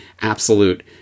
absolute